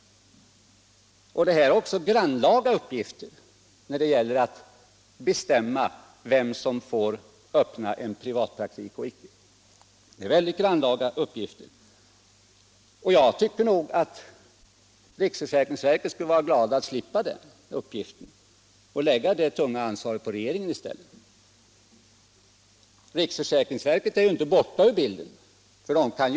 Det är också en grannlaga uppgift att bestämma vem som får öppna en privatpraktik och vem som inte får göra det. Jag tror nog att riksförsäkringsverket helst skulle vilja slippa den uppgiften och att det tunga ansvaret i stället lades på regeringen. Riksförsäkringsverket är inte borta ur bilden för den skull.